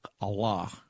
Allah